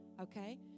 okay